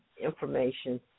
information